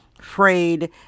frayed